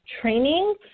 training